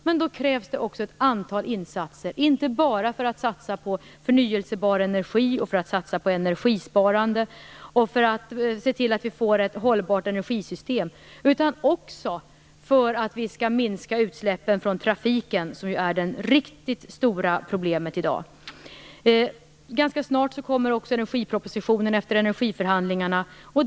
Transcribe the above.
Men då krävs också ett antal insatser, inte bara för att satsa på förnyelsebar energi och energisparande och för att se till att vi får ett hållbart energisystem, utan också för att vi skall minska utsläppen från trafiken, som är det riktigt stora problemet i dag. Ganska snart kommer energipropositionen efter energiförhandlingarna.